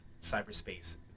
cyberspace